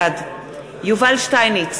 בעד יובל שטייניץ,